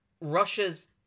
Russia's